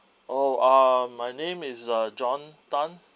oh ah my name is uh john tan